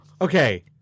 Okay